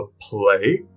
play